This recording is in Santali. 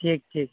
ᱴᱷᱤᱠ ᱴᱷᱤᱠ